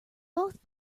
both